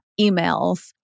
emails